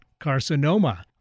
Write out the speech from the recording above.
carcinoma